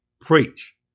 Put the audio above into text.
preach